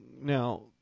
now